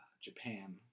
Japan